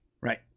Right